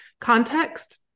context